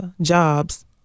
jobs